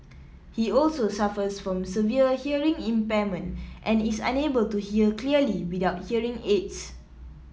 he also suffers from severe hearing impairment and is unable to hear clearly without hearing aids